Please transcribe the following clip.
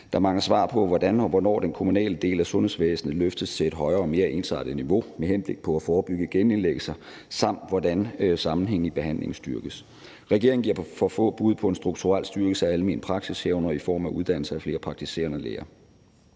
Der mangler svar på, hvordan og hvornår den kommunale del af sundhedsvæsenet løftes til et højere og mere ensartet niveau m.h.p. at forebygge (gen)indlæggelser, og hvordan sammenhængen i behandlingen styrkes. Regeringen giver for få bud på en strukturel styrkelse af almen praksis, herunder i form af uddannelse af flere praktiserende læger.